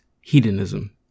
hedonism